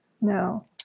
No